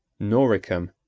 noricum,